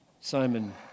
Simon